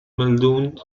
muldoon